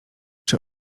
czy